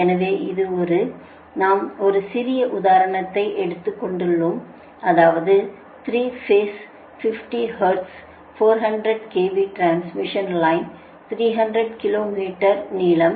எனவே இது நாம் ஒரு சிறிய உதாரணத்தை எடுத்துக்கொள்கிறோம் அதாவது 3 phase 50 hertz 400 KV transmission line 300 kilometre நீளம்